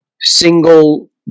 single